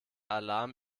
alarm